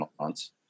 months